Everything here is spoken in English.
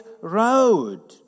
road